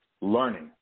learning